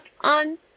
on